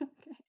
okay